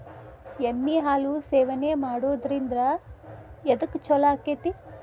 ಎಮ್ಮಿ ಹಾಲು ಸೇವನೆ ಮಾಡೋದ್ರಿಂದ ಎದ್ಕ ಛಲೋ ಆಕ್ಕೆತಿ?